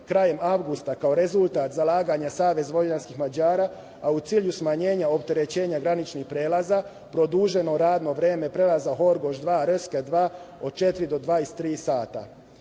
krajem avgusta kao rezultat zalaganja Savez vojvođanskih Mađara, a u cilju smanjenja opterećenja graničnih prelaza, produženo radno vreme prelaza Horgoš 2-Reske 2 od četiri